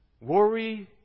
worry